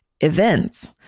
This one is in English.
events